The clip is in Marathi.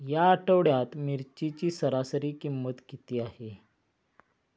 या आठवड्यात मिरचीची सरासरी किंमत किती आहे?